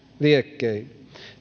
liekkeihin